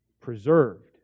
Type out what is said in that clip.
preserved